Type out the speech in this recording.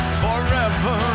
forever